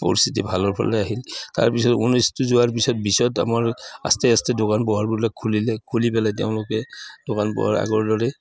পৰিস্থিতি ভালৰ ফালে আহিল তাৰপিছত ঊনৈছটো যোৱাৰ পিছত পিছত আমাৰ আস্তে আস্তে দোকান পোহাৰবোলোক খুলিলে খুলি পেলাই তেওঁলোকে দোকান পোহাৰ আগৰ দৰে